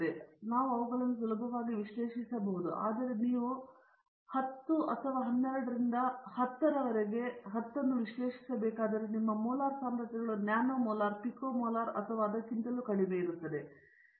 ಆದ್ದರಿಂದ ನಾವು ಅವುಗಳನ್ನು ಸುಲಭವಾಗಿ ವಿಶ್ಲೇಷಿಸಬಹುದು ಆದರೆ ನೀವು 10 ಅಥವಾ 12 ರಿಂದ 10 ರವರೆಗೆ 10 ಅನ್ನು ವಿಶ್ಲೇಷಿಸಬೇಕಾದರೆ ನಿಮ್ಮ ಮೋಲಾರ್ ಸಾಂದ್ರತೆಗಳು ನ್ಯಾನೊ ಮೋಲಾರ್ ಪಿಕೋ ಮೋಲಾರ್ ಅಥವಾ ಅದಕ್ಕಿಂತ ಕಡಿಮೆ